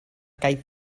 kaj